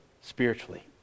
spiritually